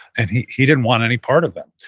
and he he didn't want any part of them,